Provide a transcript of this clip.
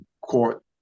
Court